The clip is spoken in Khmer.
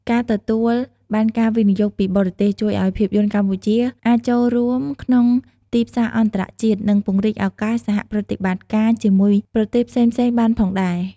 ការទទួលបានការវិនិយោគពីបរទេស ជួយឱ្យភាពយន្តកម្ពុជាអាចចូលរួមក្នុងទីផ្សារអន្តរជាតិ និងពង្រីកឱកាសសហប្រតិបត្តិការជាមួយប្រទេសផ្សេងៗបានផងដែរ។